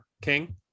King